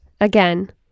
Again